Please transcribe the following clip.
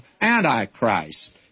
Antichrist